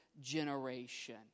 generation